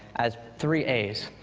as three as.